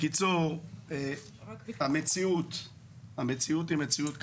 המציאות היא מציאות כזאת,